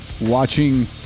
Watching